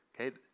Okay